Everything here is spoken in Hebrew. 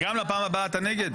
גם לפעם הבאה אתה נגד?